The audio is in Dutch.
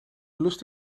lust